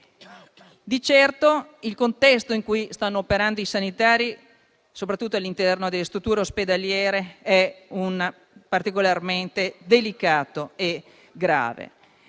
Di certo il contesto in cui stanno operando i sanitari, soprattutto all'interno delle strutture ospedaliere, è particolarmente delicato e grave.